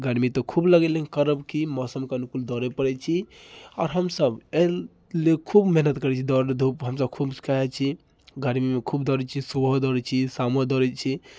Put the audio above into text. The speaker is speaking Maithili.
गर्मी तऽ खूब लगैए लेकिन करब की मौसमके अनुकूल दौड़ै पड़ैत छी आओर हमसब एहि लेल खूब मेहनत करैत छी दौड़ धूप हमसब खूब खेलाइत छी गर्मीमे खूब दौड़ैत छी सुबहो दौड़ैत छी शामो दौड़ैत छी